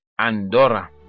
Andorra